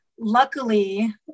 Luckily